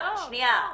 --- שניה,